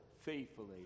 faithfully